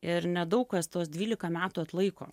ir nedaug kas tuos dvylika metų atlaiko